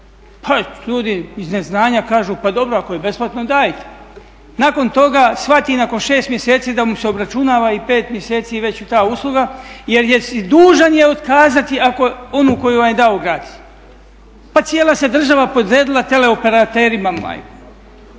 pa ljudi iz neznanja kažu pa dobro ako je besplatno dajte, nakon toga shvati nakon 6 mjeseci da mu se obračunava i 5 mjeseci već i ta usluga jer dužan je otkazati onu koju vam je dao gratis. Pa cijela se država podredila teleoperaterima, pa